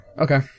Okay